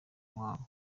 muhango